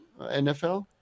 nfl